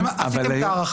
השאלה אם עשיתם את ההערכה?